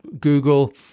Google